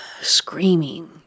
screaming